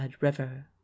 river